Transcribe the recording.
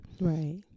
right